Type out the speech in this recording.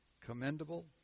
commendable